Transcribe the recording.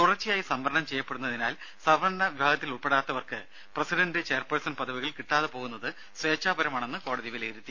തുടർച്ചയായി സംവരണം ചെയ്യപ്പെടുന്നതിനാൽ സംവരണ വിഭാഗത്തിൽ ഉൾപ്പെടാത്തവർക്ക് പ്രസിഡണ്ട് ചെയർ പേഴ്സൺ പദവികൾ കിട്ടാതെ പോകുന്നത് സ്വേച്ഛാപരമാണെന്ന് കോടതി വിലയിരുത്തി